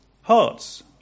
hearts